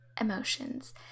emotions